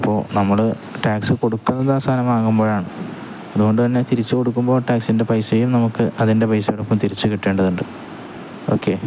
അപ്പോള് നമ്മള് ടാക്സ് കൊടുക്കുന്നത് സാധനം വാങ്ങുമ്പോഴാണ് അതുകൊണ്ട് തന്നെ തിരിച്ചുകൊടുക്കുമ്പോള് ടാക്സിൻ്റെ പൈസയും നമുക്ക് അതിൻ്റെ പൈസയടക്കം തിരിച്ചുകിട്ടേണ്ടതുണ്ട് ഓക്കെ